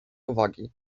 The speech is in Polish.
uwagi